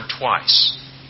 twice